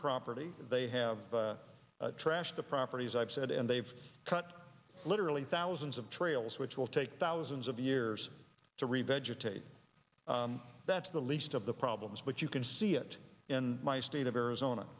property they have trashed the properties i've said and they've cut literally thousands of trails which will take thousands of years to revenge or take that's the least of the problems but you can see it in my state of arizona